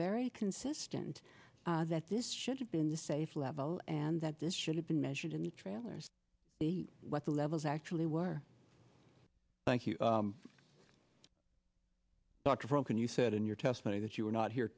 very consistent that this should have been the safe level and that this should have been measured in the trailers the what the levels actually were thank you dr broken you said in your testimony that you were not here